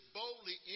boldly